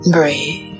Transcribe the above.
Breathe